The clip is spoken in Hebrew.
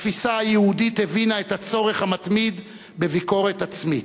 התפיסה היהודית הבינה את הצורך המתמיד בביקורת עצמית,